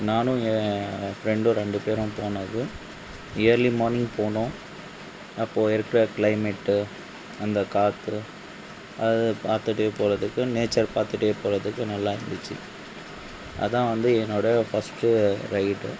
நானும் என் ஃப்ரெண்டும் ரெண்டு பேரும் போனது இயர்லி மார்னிங் போனோம் அப்போது இருக்கிற கிளைமேட்டு அந்த காற்று அது பார்த்துட்டே போகிறதுக்கு நேச்சர் பார்த்துட்டே போகிறதுக்கு நல்லா இருந்துச்சு அதுதான் வந்து என்னோடைய ஃபஸ்ட்டு ரைடு